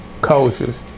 cultures